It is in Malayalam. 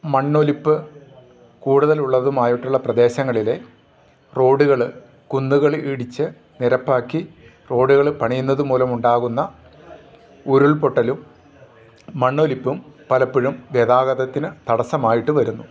മണ്ണൊലിപ്പ് കൂടുതലുള്ളതുമായിട്ടുള്ള പ്രദേശങ്ങളിലെ റോഡുകൾ കുന്നുകൾ ഇടിച്ച് നിരപ്പാക്കി റോഡുകൾ പണിയുന്നത് മൂലമുണ്ടാകുന്ന ഉരുൾ പൊട്ടലും മണ്ണൊലിപ്പും പലപ്പോഴും ഗതാഗതത്തിന് തടസ്സമായിട്ടു വരുന്നു